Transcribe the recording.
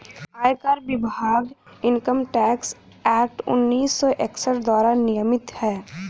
आयकर विभाग income tax act उन्नीस सौ इकसठ द्वारा नियमित है